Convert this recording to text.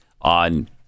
on